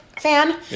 fan